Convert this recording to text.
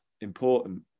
important